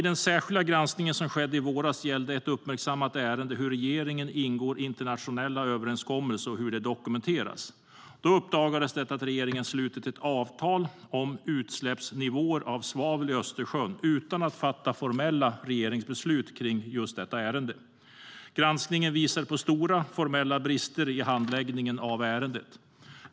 Den särskilda granskningen som skedde i våras gällde ett uppmärksammat ärende om hur regeringen ingår internationella överenskommelser och hur de dokumenteras. Då uppdagades det att regeringen hade slutit ett avtal om utsläppsnivåer för svavel i Östersjön utan att fatta formella regeringsbeslut i just detta ärende. Granskningen visade på stora formella brister i handläggningen av ärendet.